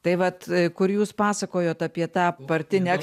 tai vat kur jūs pasakojot apie tą partinę